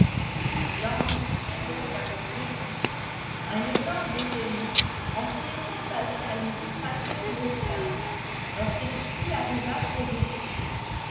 il engloutissait donc avec dépit un énorme déjeuner en se laissant aller à une distraction maussade lorsque kitty arriva près de lui